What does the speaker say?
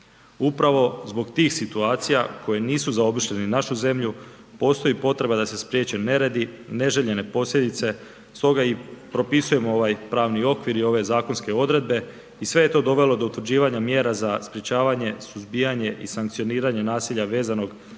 Upravo zbog tih situacija koje nisu zaobišle ni našu zemlju, postoji potreba da se spriječe neredi, neželjene posljedice, stoga i propisujemo ovaj pravni okvir i ove zakonske odredbe i sve je to dovelo do utvrđivanja mjera za sprečavanje, suzbijanje i sankcioniranje nasilja vezanog za